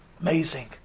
Amazing